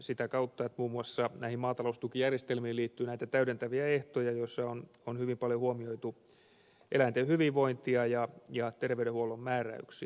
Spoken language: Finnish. sitä kautta muun muassa näihin maataloustukijärjestelmiin liittyy näitä täydentäviä ehtoja joissa on hyvin paljon huomioitu eläinten hyvinvointia ja terveydenhuollon määräyksiä